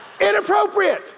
Inappropriate